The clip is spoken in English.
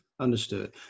Understood